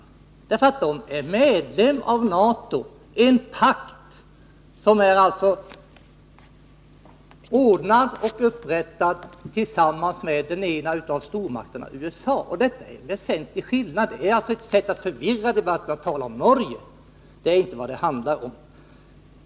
Norge är nämligen medlem av NATO, en pakt som är ordnad och upprättad tillsammans med den ena av stormakterna, USA. Detta är en väsentlig skillnad. Att tala om Norge är ett sätt att förvilla debatten. Det är inte det som det handlar om.